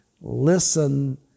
Listen